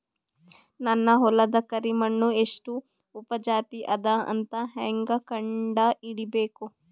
ನನ್ನ ಹೊಲದ ಕರಿ ಮಣ್ಣು ಎಷ್ಟು ಉಪಜಾವಿ ಅದ ಅಂತ ಹೇಂಗ ಕಂಡ ಹಿಡಿಬೇಕು?